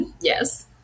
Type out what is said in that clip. Yes